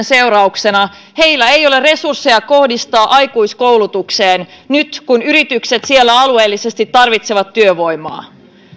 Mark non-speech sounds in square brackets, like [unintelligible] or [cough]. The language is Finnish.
[unintelligible] seurauksena heillä ei ole resursseja kohdistaa aikuiskoulutukseen nyt kun yritykset siellä alueellisesti tarvitsevat työvoimaa